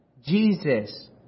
Jesus